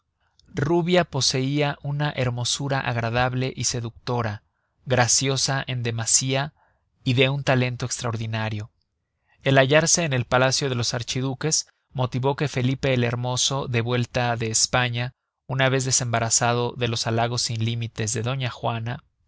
rubia poseia una hermosura agradable y seductora graciosa en demasia y de un talento estraordinario el hallarse en el palacio de los archiduques motivó que felipe el hermoso de vuelta de españa una vez desembarazado de los halagos sin límites de doña juana